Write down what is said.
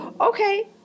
Okay